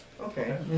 Okay